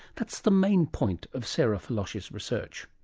that's the main point of sara filoche's research.